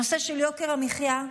הנושא של יוקר המחיה,